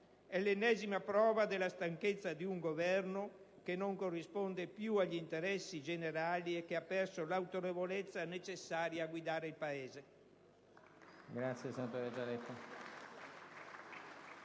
È l'ennesima prova della stanchezza di un Governo che non corrisponde più agli interessi generali e che ha perso l'autorevolezza necessaria a guidare il Paese.